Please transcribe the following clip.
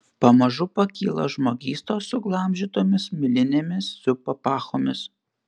pamažu pakyla žmogystos suglamžytomis milinėmis su papachomis